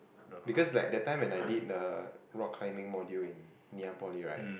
because like that time when I did the rock climbing module in Ngee-Ann-Poly right